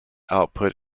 output